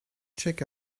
check